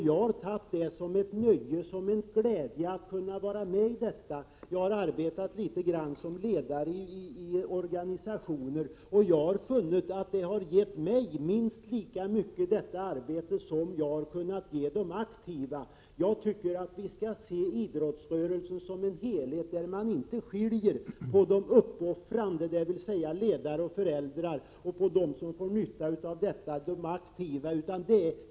Jag har sett det som ett nöje och som en glädje att kunna vara med i detta. Jag har arbetat litet grand som ledare i organisationer, och jag har funnit att det arbetet har gett mig minst lika mycket som jag har kunnat ge de aktiva. Vi bör se idrottsrörelsen som en helhet, där man inte skiljer på de uppoffrande, dvs. ledare och föräldrar, och på dem som får nytta av detta, dvs. de aktiva.